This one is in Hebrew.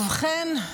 ובכן,